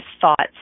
thoughts